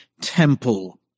temple